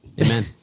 Amen